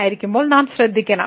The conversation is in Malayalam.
ആയിരിക്കുമ്പോൾ നാം ശ്രദ്ധിക്കണം